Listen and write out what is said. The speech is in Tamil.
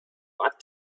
மாற்ற